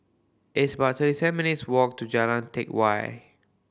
it's about thirty seven minutes' walk to Jalan Teck Whye